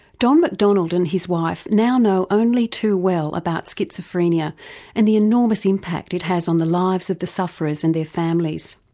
don mcdonald and his wife now know only too well about schizophrenia and the enormous impact it has on the lives of the sufferers and their families.